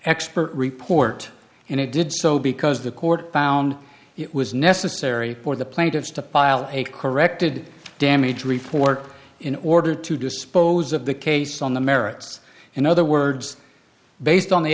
expert report and it did so because the court found it was necessary for the plaintiffs to pile a corrected damage report in order to dispose of the case on the merits in other words based on the